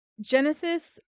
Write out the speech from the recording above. genesis